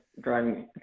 driving